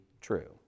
true